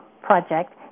project